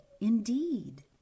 indeed